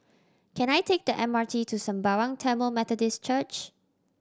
can I take the M R T to Sembawang Tamil Methodist Church